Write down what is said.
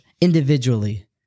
individually